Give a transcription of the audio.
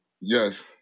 Yes